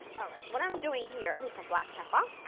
alright what i'm doing here, i need some black pepper.